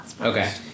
Okay